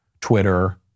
Twitter